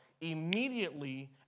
Immediately